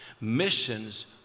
missions